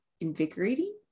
invigorating